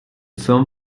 film